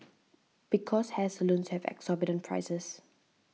because hair salons have exorbitant prices